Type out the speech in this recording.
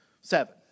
Seven